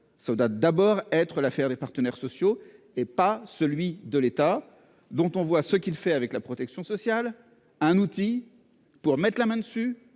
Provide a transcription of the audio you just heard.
sociale. D'abord être l'affaire des partenaires sociaux et pas celui de l'État dont on voit ce qu'il fait avec la protection sociale, un outil pour mettre la main dessus